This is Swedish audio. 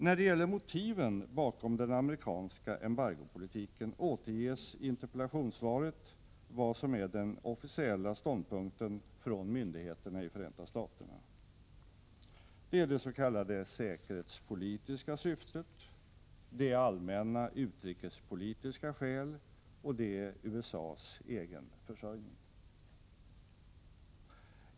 När det gäller motiven bakom den amerikanska embargopolitiken återges iinterpellationssvaret vad som är den officiella ståndpunkten från myndigheterna i Förenta Staterna. Det är det s.k. säkerhetspolitiska syftet, det är allmänna utrikespolitiska skäl, och det är USA:s egen försörjning.